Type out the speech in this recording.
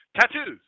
Tattoos